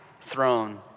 throne